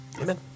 Amen